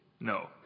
No